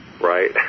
right